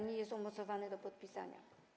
Nie jest to umocowane do podpisania.